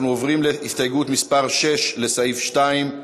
אנחנו עוברים להסתייגות מס' 6, לסעיף 2,